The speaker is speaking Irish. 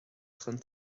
chun